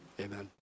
amen